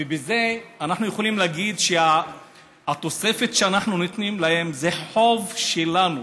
ובזה אנחנו יכולים להגיד שהתוספת שאנחנו נותנים להם זה חוב שלנו,